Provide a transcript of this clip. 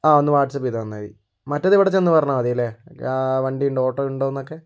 ആ ഒന്ന് വാട്സ്ആപ്പ് ചെയ്ത് തന്നാൽ മതി മറ്റേത് ഇവിടെ ചെന്ന് പറഞ്ഞാൽ മതിയല്ലേ വണ്ടിയുണ്ടോ ഓട്ടോ ഉണ്ടോയെന്നൊക്കെ